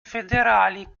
federali